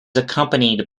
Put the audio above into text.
accompanied